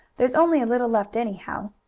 there's only a little left, anyhow.